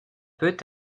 peut